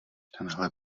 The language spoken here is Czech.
tenhle